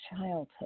childhood